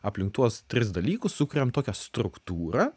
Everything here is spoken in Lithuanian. aplink tuos tris dalykus sukuriam tokią struktūrą